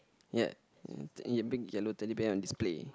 ya and a big yellow Teddy Bear on display